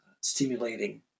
stimulating